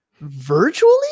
virtually